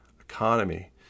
economy